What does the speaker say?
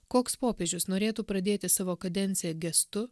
koks popiežius norėtų pradėti savo kadenciją gestu